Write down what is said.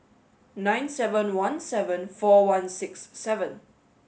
nine seven one seven four one six seven